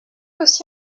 aussi